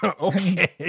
Okay